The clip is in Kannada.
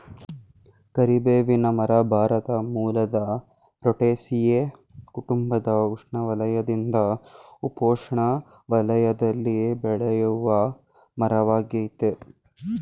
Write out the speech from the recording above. ಕರಿಬೇವಿನ ಮರ ಭಾರತ ಮೂಲದ ರುಟೇಸಿಯೇ ಕುಟುಂಬದ ಉಷ್ಣವಲಯದಿಂದ ಉಪೋಷ್ಣ ವಲಯದಲ್ಲಿ ಬೆಳೆಯುವಮರವಾಗಯ್ತೆ